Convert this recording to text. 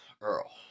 Earl